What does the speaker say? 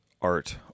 art